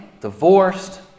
divorced